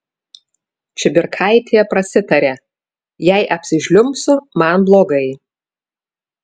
čibirkaitė prasitarė jei apsižliumbsiu man blogai